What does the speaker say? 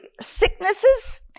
sicknesses